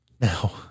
Now